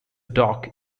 dock